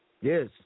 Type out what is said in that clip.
Yes